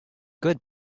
good